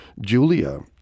Julia